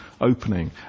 opening